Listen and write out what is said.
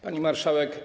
Pani Marszałek!